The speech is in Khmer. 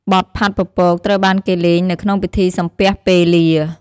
បទផាត់ពពក ត្រូវបានគេលេងនៅក្នុងពិធីសំពះពេលា។